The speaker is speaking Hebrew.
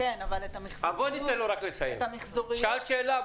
כן, אבל את המיחזוריות --- שאלת שאלה.